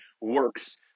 works